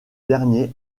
dernier